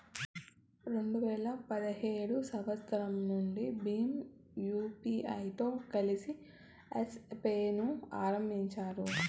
రెండు వేల పదిహేడు సంవచ్చరం నుండి భీమ్ యూపీఐతో కలిసి యెస్ పే ను ఆరంభించారు